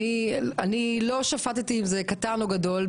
אני לא שפטתי אם זה קטן או גדול.